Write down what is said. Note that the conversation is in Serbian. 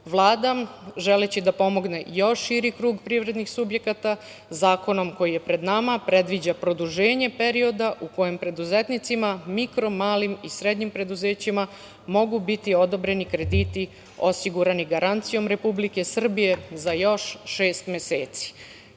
Vlada želeći da pomogne još širi krug privrednih subjekata zakonom koji je pred nama, predviđa produženje perioda u kojem preduzetnicima, mikro, malim i srednjim preduzećima, mogu biti odobreni krediti osigurani garancijom Republike Srbije za još šest meseci. Kao